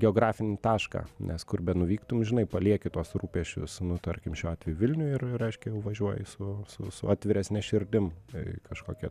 geografinį tašką nes kur benuvyktum žinai palieki tuos rūpesčius nu tarkim šiuo atveju vilniuj ir reiškia jau važiuoji su su su atviresne širdim į kažkokią